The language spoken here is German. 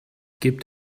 gibt